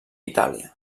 itàlia